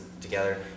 together